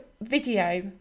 video